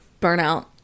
burnout